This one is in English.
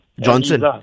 Johnson